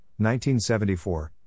1974